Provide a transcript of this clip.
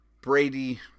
Brady